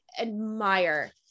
admire